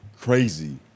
crazy